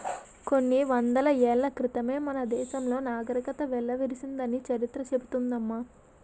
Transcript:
కొన్ని వందల ఏళ్ల క్రితమే మన దేశంలో నాగరికత వెల్లివిరిసిందని చరిత్ర చెబుతోంది అమ్మ